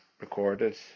recorded